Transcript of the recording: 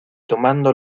tomando